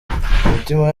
imitima